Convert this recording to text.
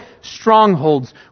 strongholds